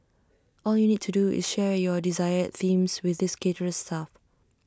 all you need to do is share your desired themes with this caterer's staff